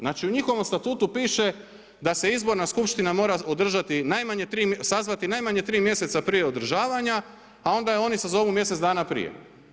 Znači u njihovom statutu piše da se izborna skupština mora održati najmanje 3, sazvati najmanje 3 mjeseca prije održavanja a onda je oni sazovu mjesec dana prije.